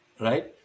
Right